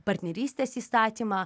partnerystės įstatymą